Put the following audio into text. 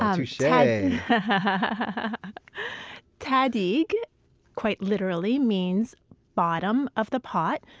um touche! yeah but tahdig quite literally means bottom of the pot,